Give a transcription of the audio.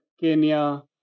Kenya